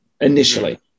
initially